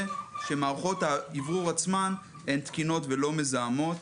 שמערכות האוורור עצמן תקינות ולא מזהמות.